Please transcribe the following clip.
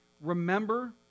remember